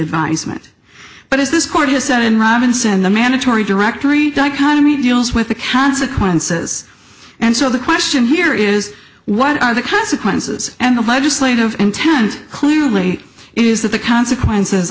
advisement but as this court has said in robinson the mandatory directory dichotomy deals with the consequences and so the question here is what are the consequences and the legislative intent clearly is that the consequences